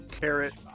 carrot